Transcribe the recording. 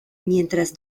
mientras